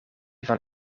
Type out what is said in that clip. van